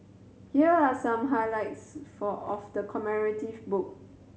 here are some highlights for of the commemorative book